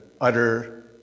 utter